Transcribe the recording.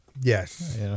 Yes